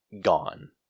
gone